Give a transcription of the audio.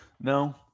No